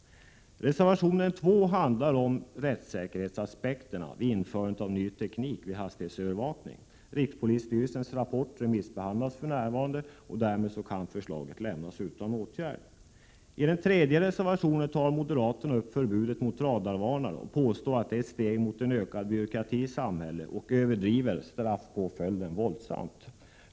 Reservation 2 handlar om rättssäkerhetsaspekterna i samband med införandet av ny teknik vid hastighetsövervakning. Rikspolisstyrelsens rapport remissbehandlas för närvarande, och därmed kan förslaget lämnas utan åtgärd. I reservation 3 tar moderaterna upp förbudet mot radarvarnare. Man påstår att det är ett steg mot en ökad byråkrati i samhället och överdriver straffpåföljden våldsamt.